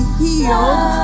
healed